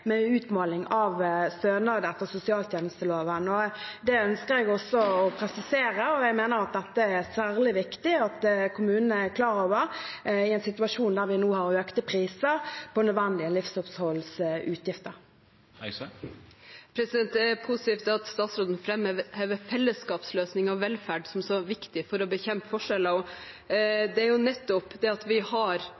utmåling av stønader etter sosialtjenesteloven. Det ønsker jeg å presisere, og jeg mener det er særlig viktig at kommunene er klar over dette i en situasjon der vi nå har økte utgifter til nødvendige livsopphold. Kirsti Bergstø – til oppfølgingsspørsmål. Det er positivt at statsråden framhever fellesskapsløsninger og velferd som så viktig for å bekjempe forskjeller.